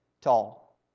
tall